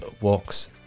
Walks